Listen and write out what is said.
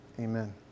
amen